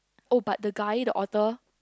oh but the guy the author